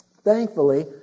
thankfully